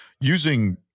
using